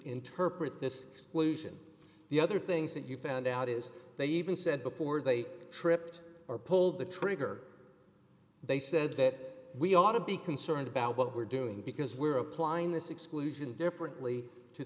interpret this lucian the other things that you found out is they even said before they tripped or pulled the trigger they said that we ought to be concerned about what we're doing because we're applying this exclusion differently to